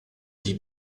die